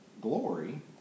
glory